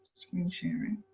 screen sharing.